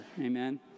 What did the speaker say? Amen